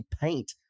paint